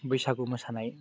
बैसागु मोसानाय